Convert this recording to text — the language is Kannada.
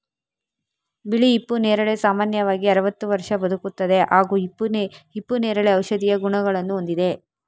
ಬಿಳಿ ಹಿಪ್ಪು ನೇರಳೆ ಸಾಮಾನ್ಯವಾಗಿ ಅರವತ್ತು ವರ್ಷ ಬದುಕುತ್ತದೆ ಹಾಗೂ ಹಿಪ್ಪುನೇರಳೆ ಔಷಧೀಯ ಗುಣಗಳನ್ನು ಹೊಂದಿದೆ